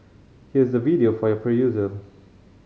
here's the video for your perusal